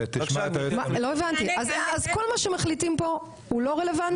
אז כל מה שמחליטים פה הוא לא רלוונטי?